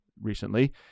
recently